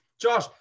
Josh